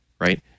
Right